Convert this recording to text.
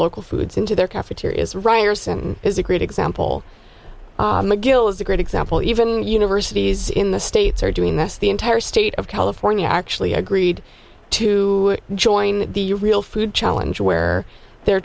local foods into their cafeterias ryan arson is a great example mcgill is a great example even universities in the states are doing this the entire state of california actually agreed to join the real food challenge where they're